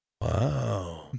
Wow